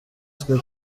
twe